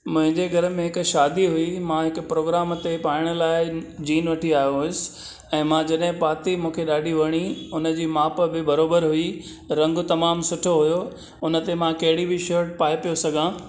मुंहिंजे घर में हिकु शादी हुई मां हिकु प्रोग्राम ते पायण लाइ जीन वठी आयो हुयुसि ऐं मां जॾहिं पाती मूंखे ॾाढी वणी हुन जी माप बि बराबरि हुई रंगु तमामु सुठो हुयो हुन ते मां कहिड़ी बि शर्ट पाये पियो सघां